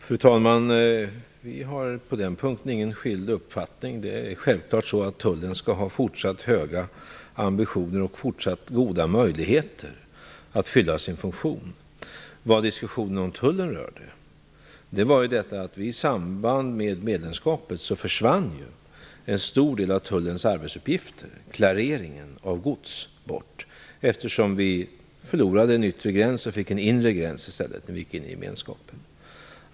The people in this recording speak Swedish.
Fru talman! Vi har på den punkten ingen annan uppfattning. Det är självklart att tullen fortsatt skall ha höga ambitioner och goda möjligheter att fylla sin funktion. Vad diskussionen om tullen rörde var att en stor del av tullens arbetsuppgifter, klareringen av gods, föll bort i samband med medlemskapet. Vi förlorade ju en yttre gräns och fick i stället en inre gräns.